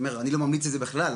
אני לא ממליץ על זה בכלל,